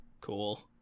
cool